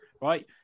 right